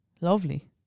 Lovely